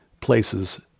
places